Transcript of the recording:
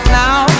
now